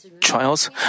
trials